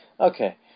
Okay